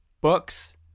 books